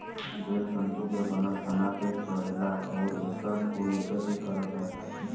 बेल तंतु के बनल तना पे चढ़ेला अउरी एकर फूल निचे की तरफ रहेला